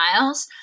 miles